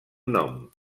nom